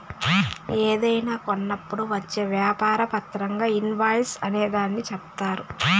ఏదైనా కొన్నప్పుడు వచ్చే వ్యాపార పత్రంగా ఇన్ వాయిస్ అనే దాన్ని చెప్తారు